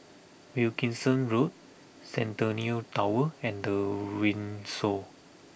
Wilkinson Road Centennial Tower and The Windsor